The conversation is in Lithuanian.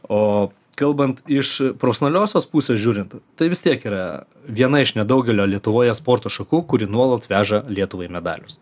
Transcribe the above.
o kalbant iš profesionaliosios pusės žiūrint tai vis tiek yra viena iš nedaugelio lietuvoje sporto šakų kuri nuolat veža lietuvai medalius